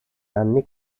anni